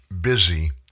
busy